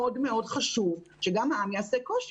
מאוד חשוב שגם העם יעשה כושר.